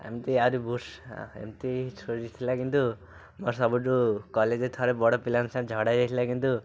ଏମତି ଆହୁରି ଏମିତି ଷ୍ଟୋରୀ ଥିଲା କିନ୍ତୁ ମୋର ସବୁଠୁ କଲେଜ୍ରେ ଥରେ ବଡ଼ ପିଲାଙ୍କ ସାଙ୍ଗରେ ଝଗଡ଼ା ହେଇଯାଇଥିଲା କିନ୍ତୁ